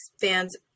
fans